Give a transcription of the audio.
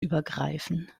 übergreifen